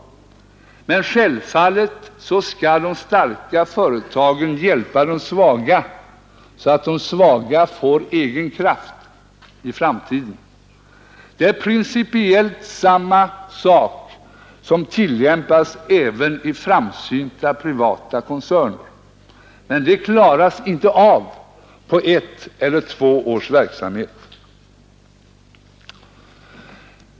Men självfallet skall de starka företagen hjälpa de svaga så att dessa får egen kraft i framtiden. Det är principiellt samma ordning som tillämpas även i framsynta privata koncerner. Men det klaras inte av på ett eller två års verksamhet.